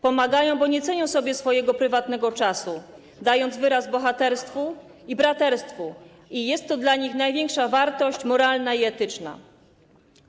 Pomagają, bo nie cenią sobie swojego prywatnego czasu, dając wyraz bohaterstwu i braterstwu - i jest to dla nich największa wartość moralna i etyczna.